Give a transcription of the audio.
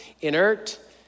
inert